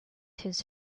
his